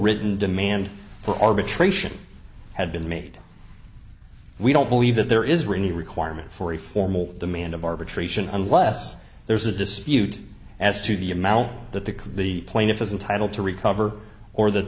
written demand for arbitration had been made we don't believe that there is really a requirement for a formal demand of arbitration unless there's a dispute as to the amount that the the plaintiff is entitle to recover or that